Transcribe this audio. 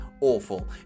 awful